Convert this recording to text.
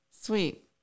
Sweet